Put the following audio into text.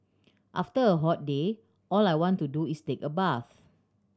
after a hot day all I want to do is take a bath